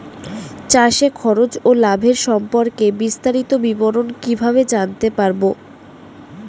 চাষে খরচ ও লাভের সম্পর্কে বিস্তারিত বিবরণ কিভাবে জানতে পারব?